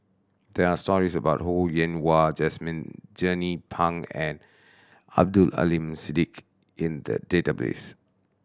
there are stories about Ho Yen Wah Jesmine Jernnine Pang and Abdul Aleem Siddique in the database